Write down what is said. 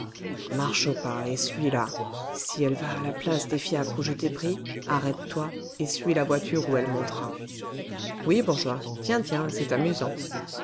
marche au pas et suis la si elle va à la place des fiacres où je t'ai pris arrête-toi et suis la voiture où elle montera oui bourgeois tiens tiens c'est amusant